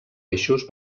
eixos